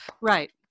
right